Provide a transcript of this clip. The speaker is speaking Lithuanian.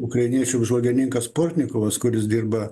ukrainiečių apžvalgininkas portnikovas kuris dirba